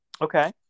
Okay